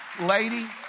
lady